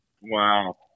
Wow